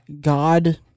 God